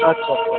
আচ্ছা আচ্ছা